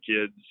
kids